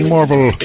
Marvel